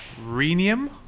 rhenium